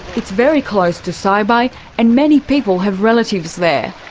it's very close to saibai and many people have relatives there.